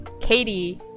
Katie